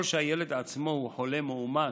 אם הילד עצמו הוא חולה מאומת,